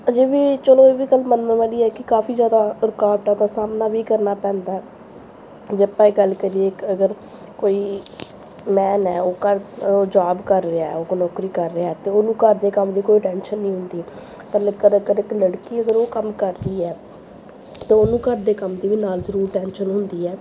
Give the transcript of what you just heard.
ਅਜੇ ਵੀ ਚਲੋ ਇਹ ਵੀ ਗੱਲ ਮੰਨਣ ਵਾਲੀ ਹੈ ਕੀ ਕਾਫ਼ੀ ਜ਼ਿਆਦਾ ਰੁਕਾਵਟਾਂ ਦਾ ਸਾਹਮਣਾ ਵੀ ਕਰਨਾ ਪੈਂਦਾ ਜੇ ਆਪਾਂ ਇਹ ਗੱਲ ਕਰੀਏ ਕਿ ਅਗਰ ਕੋਈ ਮੈਨ ਹੈ ਉਹ ਕਰ ਜੋਬ ਕਰ ਰਿਹਾ ਹੈ ਉਹ ਨੌਕਰੀ ਕਰ ਰਿਹਾ ਹੈ ਤਾਂ ਉਹਨੂੰ ਘਰ ਦੇ ਕੰਮ ਦੀ ਕੋਈ ਟੈਨਸ਼ਨ ਨਹੀਂ ਹੁੰਦੀ ਪਰ ਲੇਕਿਨ ਅਗਰ ਇੱਕ ਲੜਕੀ ਅਗਰ ਉਹ ਕੰਮ ਕਰਦੀ ਹੈ ਤਾਂ ਉਹਨੂੰ ਘਰ ਦੇ ਕੰਮ ਦੀ ਵੀ ਨਾਲ ਜ਼ਰੂਰ ਟੈਨਸ਼ਨ ਹੁੰਦੀ ਹੈ